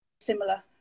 similar